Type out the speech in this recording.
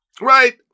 right